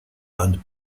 and